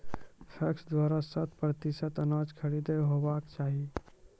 PACS द्वारा शत प्रतिसत अनाज खरीद हेवाक चाही?